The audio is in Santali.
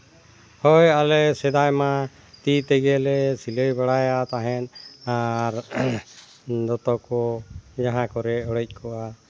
ᱦᱳᱭ ᱟᱞᱮ ᱥᱮᱫᱟᱭᱢᱟ ᱛᱤ ᱛᱮᱜᱮ ᱞᱮ ᱥᱤᱞᱟᱹᱭ ᱵᱟᱲᱟᱭᱟ ᱛᱟᱦᱮᱱ ᱟᱨ ᱫᱚᱛᱚ ᱠᱚ ᱡᱟᱦᱟᱸ ᱠᱚᱨᱮᱜ ᱚᱬᱮᱡ ᱠᱚᱜᱼᱟ